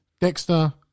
Dexter